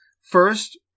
First